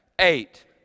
Eight